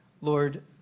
Lord